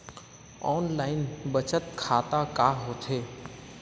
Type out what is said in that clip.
Online बचत खाता का होथे?